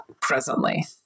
presently